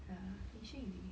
ya finishing already